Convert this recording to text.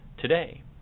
today